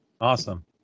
Awesome